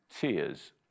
tears